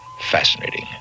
fascinating